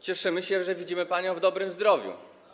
Cieszymy się, że widzimy panią w dobrym zdrowiu.